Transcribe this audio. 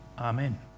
Amen